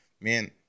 man